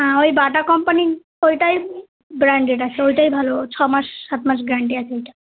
হ্যাঁ ওই Bata company ওইটাই ব্র্যান্ডেড আসে ওইটাই ভালো ছ মাস সাত মাস গ্যারান্টি আছে ওইটা